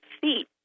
feet